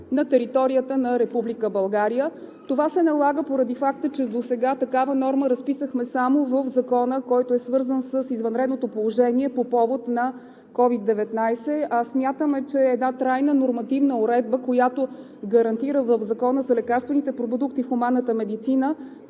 на Република България. Това се налага поради факта, че досега такава норма разписахме само в Закона, който е свързан с извънредното положение по повод на COVID-19. Смятаме, че една трайна нормативна уредба, която гарантира в Закона за лекарствените продукти в хуманната медицина